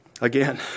Again